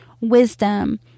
wisdom